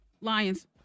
lions